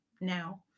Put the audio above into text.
now